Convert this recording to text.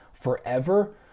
forever